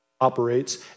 operates